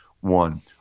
one